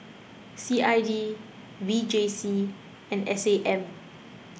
C I D V J C and S A M